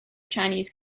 chinese